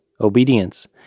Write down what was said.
obedience